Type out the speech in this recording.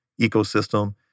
ecosystem